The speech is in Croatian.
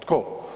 Tko?